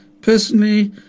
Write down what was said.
Personally